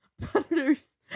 predators